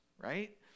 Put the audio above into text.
right